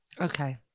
Okay